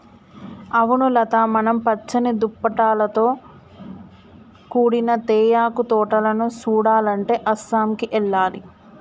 అవును లత మనం పచ్చని దుప్పటాలతో కూడిన తేయాకు తోటలను సుడాలంటే అస్సాంకి ఎల్లాలి